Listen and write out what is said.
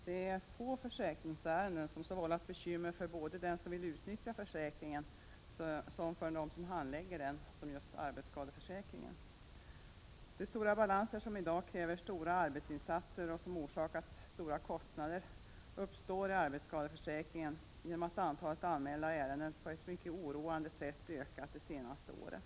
Herr talman! Få försäkringsärenden har vållat sådana bekymmer både för 25 november 1987 dem som vill utnyttja försäkringen och för dem som handlägger den somjust. = Ada arbetsskadeförsäkringen. De stora balanser som i dag kräver stora arbetsinsatser och som orsakat stora kostnader uppstår i arbetsskadeförsäkringen genom att antalet anmälda ärenden på ett mycket oroande sätt ökat de senaste åren.